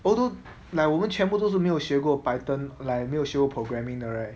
although like 我们全部都是没有学过 python like 没有学过 programming 的 right